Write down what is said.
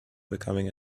becoming